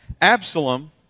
Absalom